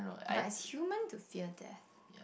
but it's human to fear death